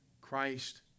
Christ